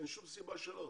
אין שום סיבה שלא.